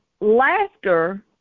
laughter